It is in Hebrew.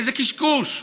איזה קשקוש.